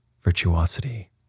virtuosity